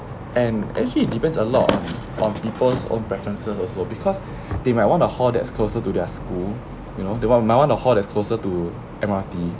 and actually it depends a lot on people's own preferences also because they might want the hall that's closer to their school you know [one] my [one] the hall is closer to M_R_T